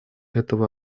этого